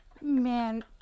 Man